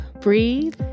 breathe